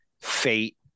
fate